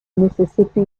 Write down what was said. mississippi